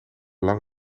lang